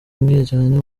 umwiryane